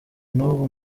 n’ubu